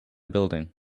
building